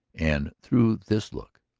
and through this look,